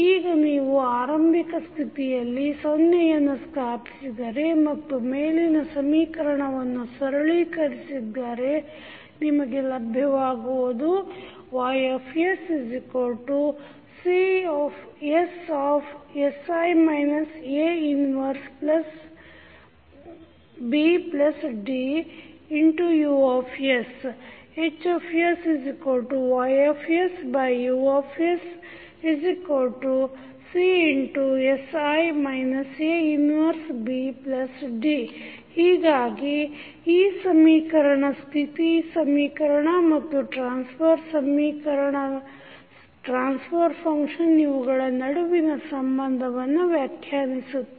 ಈಗ ನೀವು ಆರಂಭಿಕ ಸ್ಥಿತಿಯಲ್ಲಿ ಸೊನ್ನೆಯನ್ನು ಸ್ಥಾಪಿಸಿದರೆ ಮತ್ತು ಮೇಲಿನ ಸಮೀಕರಣವನ್ನು ಸರಳೀಕರಿಸಿದ್ದಾರೆ ನಿಮಗೆ ಲಭ್ಯವಾಗುವುದು YsCsI A 1BDUs HsYUCsI A 1BD ಹೀಗಾಗಿ ಈ ಸಮೀಕರಣ ಸ್ಥಿತಿ ಸಮೀಕರಣ ಮತ್ತು ಟ್ರಾನ್ಸ್ಫರ್ ಫಂಕ್ಷನ್ ಇವುಗಳ ನಡುವಿನ ಸಂಬಂಧವನ್ನು ವ್ಯಾಖ್ಯಾನಿಸುತ್ತದೆ